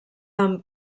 amb